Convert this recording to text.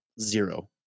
Zero